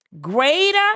greater